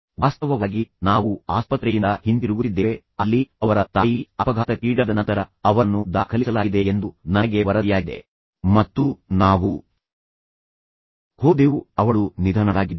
ವಾಸ್ತವವಾಗಿ ನಾವು ಆಸ್ಪತ್ರೆಯಿಂದ ಹಿಂತಿರುಗುತ್ತಿದ್ದೇವೆ ಅಲ್ಲಿ ಅವರ ತಾಯಿ ಅಪಘಾತಕ್ಕೀಡಾದ ನಂತರ ಅವರನ್ನು ದಾಖಲಿಸಲಾಗಿದೆ ಎಂದು ನನಗೆ ವರದಿಯಾಗಿದೆ ಮತ್ತು ನಾವು ಹೋದೆವು ಅವಳು ನಿಧನಳಾಗಿದ್ದಳು